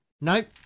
Nope